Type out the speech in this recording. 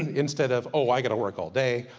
and instead of, oh, i gotta work all day,